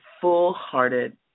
full-hearted